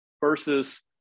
versus